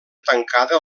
tancada